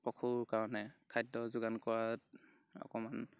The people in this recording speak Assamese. পশুৰ কাৰণে খাদ্য যোগান কৰাত অকণমান